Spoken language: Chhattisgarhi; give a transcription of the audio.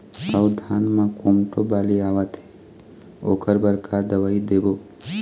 अऊ धान म कोमटो बाली आवत हे ओकर बर का दवई देबो?